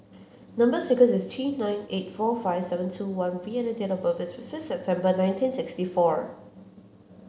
number sequence is T nine eight four five seven two one V and date of birth is fifth September nineteen sixty four